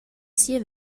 sia